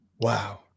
wow